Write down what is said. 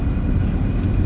ah